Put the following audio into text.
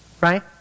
Right